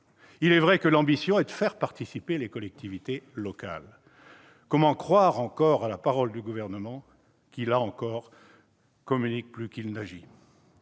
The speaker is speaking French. Il est vrai que l'ambition est de faire participer les collectivités locales ... Comment croire encore à la parole du Gouvernement, qui, là encore, communique plus qu'il n'agit ?